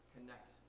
connect